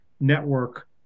network